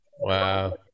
Wow